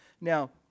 Now